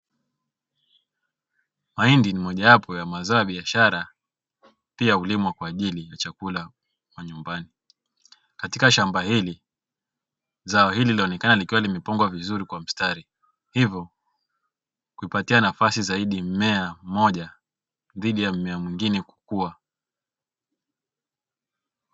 Mahindi ni mojawapo ya mazao ya biashara pia hulimwa kwa ajili ya chakula majumbani. Katika shamba hili zao hili linaonekana likiwa limepangwa vizuri kwa mstari hivyo kulipatia nafasi zaidi mmea mmoja dhidi ya mmea mwingine kukua.